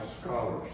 scholars